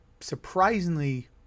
surprisingly